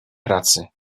pracy